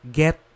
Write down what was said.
get